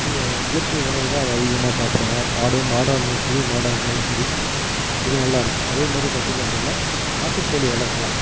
இது இயற்கை உணவுதான் அது அதிகமாக சாப்பிடலாம் ஆடு மாடாக இருந்தாலும் சரி மாடாக இருந்தாலும் சரி இது நல்லா இருக்கும் அதேமாதிரி பார்த்திங்க அப்படினா நாட்டுக்கோழி வளர்க்கலாம்